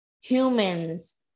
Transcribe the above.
humans